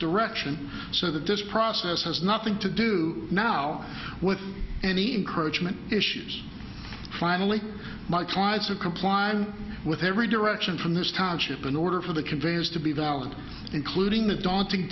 direction so that this process has nothing to do now with any encouragement issues finally my clients have comply with every direction from this township in order for the conveyance to be valid including the daunting